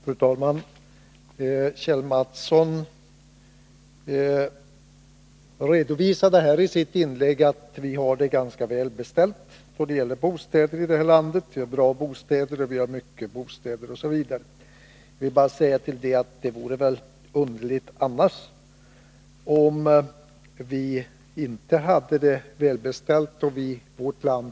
Fru talman! Kjell Mattsson redovisade i sitt inlägg att vi har det ganska väl beställt då det gäller bostäder i det här landet: vi har bra bostäder, mycket bostäder osv. Jag vill bara med anledning av det säga: Det vore väl underligt om vi inte hade det väl beställt.